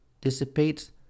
dissipates